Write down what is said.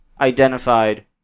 identified